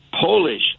Polish